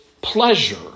pleasure